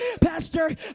pastor